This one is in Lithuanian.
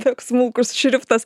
toks smulkus šriftas